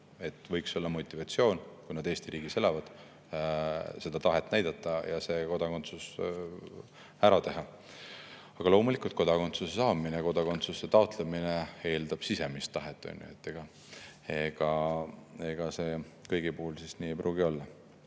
võiks olla motivatsioon, kui nad Eesti riigis elavad, seda tahet näidata ja kodakondsus ära teha. Aga loomulikult, kodakondsuse saamine, kodakondsuse taotlemine eeldab sisemist tahet, on ju. Ega kõigil ei pruugi seda